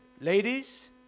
ladies